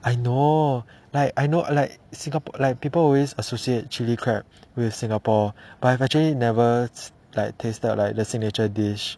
I know like I know like singapore like people always associate chili crab with singapore but I've actually never like tasted like the signature dish